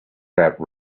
that